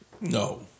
No